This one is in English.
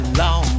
long